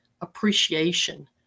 appreciation